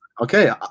Okay